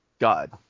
God